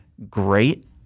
great